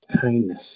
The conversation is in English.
kindness